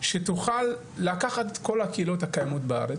שתוכל לקחת את כל הקהילות הקיימות בארץ,